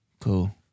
Cool